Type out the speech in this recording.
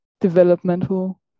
developmental